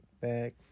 Back